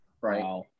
Right